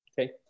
Okay